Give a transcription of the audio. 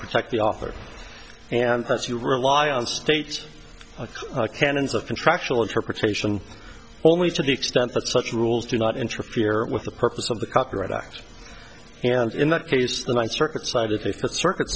protect the author and hence you rely on states canons of contractual interpretation only to the extent that such rules do not interfere with the purpose of the copyright act and in that case the ninth circuit cited the fifth circuit